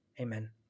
Amen